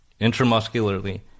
intramuscularly